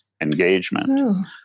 engagement